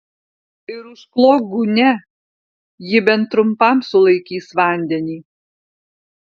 ir užklok gūnia ji bent trumpam sulaikys vandenį